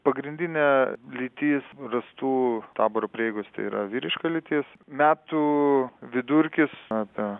pagrindinė lytis rastų taboro prieigose tai yra vyriška lytis metų vidurkis apie